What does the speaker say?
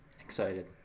excited